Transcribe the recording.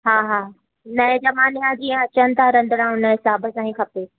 हा हा नएं ज़माने या जीअं अचनि था रंधिणा हुन हिसाब सां ई खपे